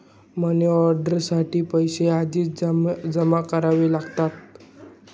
money order साठी पैसे आधीच जमा करावे लागतात